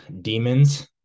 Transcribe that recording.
demons